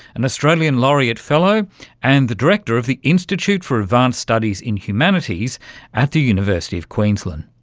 an australian laureate fellow and the director of the institute for advanced studies in humanities at the university of queensland.